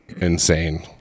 insane